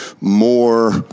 more